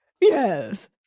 Yes